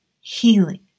healing